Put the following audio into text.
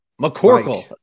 McCorkle